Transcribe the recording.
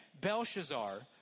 Belshazzar